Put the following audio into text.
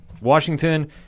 Washington